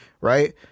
right